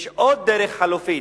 יש עוד דרך חלופית,